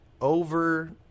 over